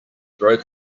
broke